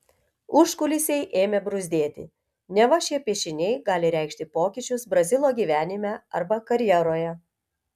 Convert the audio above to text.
užkulisiai ėmė bruzdėti neva šie piešiniai gali reikšti pokyčius brazilo gyvenime arba karjeroje